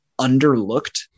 underlooked